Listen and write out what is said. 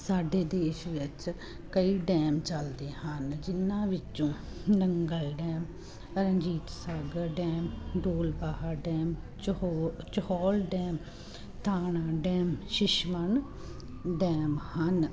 ਸਾਡੇ ਦੇਸ਼ ਵਿੱਚ ਕਈ ਡੈਮ ਚੱਲਦੇ ਹਨ ਜਿਨ੍ਹਾਂ ਵਿੱਚੋਂ Nangal dam Ranjit Sagar dam Dholbaha dam ਚਹੋ ਚਹੋਲ ਡੈਮ ਥਾਣਾ ਡੈਮ ਸ਼ਿਸ਼ਮਨ ਡੈਮ ਹਨ